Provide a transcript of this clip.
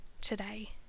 today